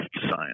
science